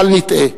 בל נטעה.